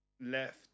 left